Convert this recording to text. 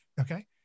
Okay